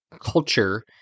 culture